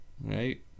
Right